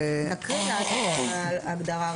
תקריאי את ההגדרה.